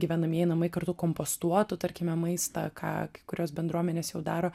gyvenamieji namai kartu kompostuotų tarkime maistą ką kai kurios bendruomenės jau daro